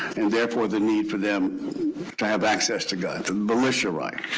and therefore the need for them to have access to guns the militia right